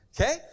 Okay